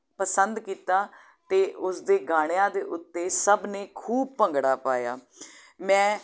ਪਸੰਦ ਕੀਤਾ ਅਤੇ ਉਸ ਦੇ ਗਾਣਿਆਂ ਦੇ ਉੱਤੇ ਸਭ ਨੇ ਖੂਬ ਭੰਗੜਾ ਪਾਇਆ ਮੈਂ